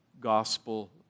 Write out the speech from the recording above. gospel